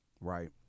right